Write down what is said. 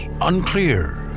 unclear